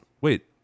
Wait